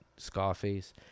Scarface